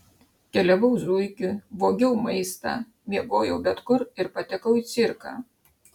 keliavau zuikiu vogiau maistą miegojau bet kur ir patekau į cirką